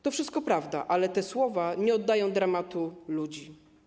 To wszystko prawda, ale te słowa nie oddają dramatu ludzi.